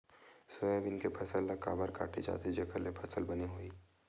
Soybean के फसल ल काबर काटे जाथे जेखर ले फसल बने होही?